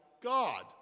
God